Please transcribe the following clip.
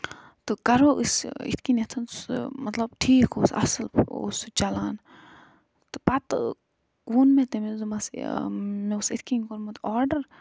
تہٕ کَرو أسۍ یِتھٕ کٔنٮ۪تھ سُہ مطلب ٹھیٖک اوس اَصٕل اوس سُہ چَلان تہٕ پَتہٕ ووٚن مےٚ تٔمِس دوٚپمَس مےٚ اوس یِتھٕ کٔنۍ کوٚرمُت آرڈر